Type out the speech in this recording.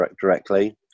directly